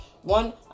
One